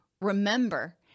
remember